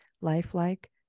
lifelike